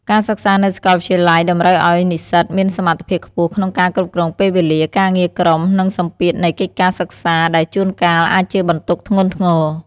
ការសិក្សានៅសាកលវិទ្យាល័យតម្រូវឱ្យនិស្សិតមានសមត្ថភាពខ្ពស់ក្នុងការគ្រប់គ្រងពេលវេលា ការងារក្រុម និងសម្ពាធនៃកិច្ចការសិក្សាដែលជួនកាលអាចជាបន្ទុកធ្ងន់ធ្ងរ។